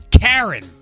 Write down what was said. Karen